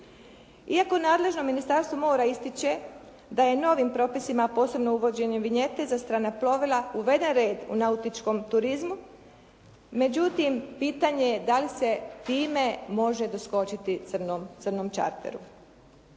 Iako nadležno Ministarstvo mora ističe da je novim propisima, a posebno uvođenjem vinjete za strana plovila, uveden red u nautičkom turizmu. Međutim, pitanje je dali se time može doskočiti "Crnom čarteru".